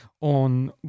on